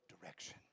direction